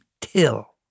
Till